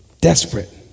Desperate